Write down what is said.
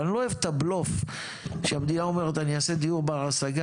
אבל אני לא אוהב את הבלוף שהמדינה אומרת אני אעשה דיור בר השגה,